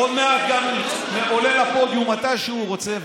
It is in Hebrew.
עוד מעט גם, עולה לפודיום מתי שהוא רוצה.